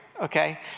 Okay